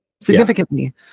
Significantly